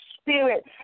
spirit